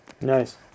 Nice